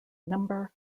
number